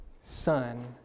son